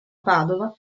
padova